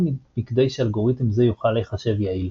מכדי שאלגוריתם זה יוכל להיחשב יעיל.